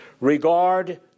regard